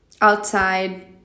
outside